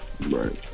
Right